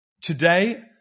today